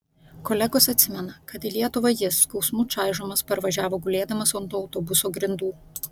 kolegos atsimena kad į lietuvą jis skausmų čaižomas parvažiavo gulėdamas ant autobuso grindų